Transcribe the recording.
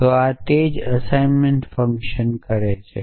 તો આ તે જ એસાઈનમેન્ટ ફંક્શન કરે છે